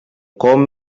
com